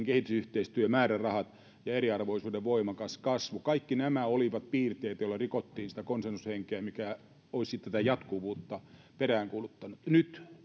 kehitysyhteistyömäärärahojen puolittaminen globaalivastuusta ja eriarvoisuuden voimakas kasvu kaikki nämä olivat piirteitä joilla rikottiin sitä konsensushenkeä mikä olisi sitten tätä jatkuvuutta peräänkuuluttanut nyt